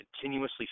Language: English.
continuously